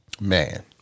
Man